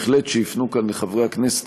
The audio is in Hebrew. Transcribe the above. בהחלט, שיפנו כאן לחברי הכנסת.